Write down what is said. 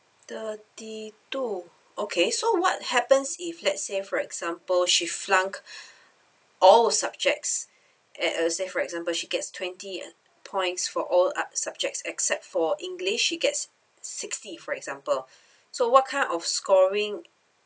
thirty two okay so what happens if let's say for example she flunk all subjects eh uh say for example she gets twenty points for all ah subjects except for english she gets sixty for example so what kind of scoring